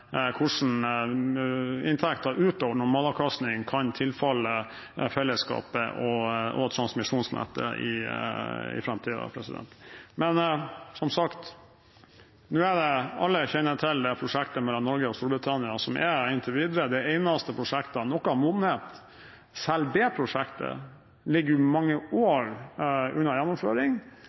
inntekter utover normalavkastning kan tilfalle fellesskapet og transmisjonsnettet i framtiden. Som sagt, alle kjenner til prosjektet mellom Norge og Storbritannia, og inntil videre er det det eneste prosjektet som det er noe monn i, men selv det prosjektet ligger mange år unna gjennomføring,